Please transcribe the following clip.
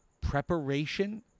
preparation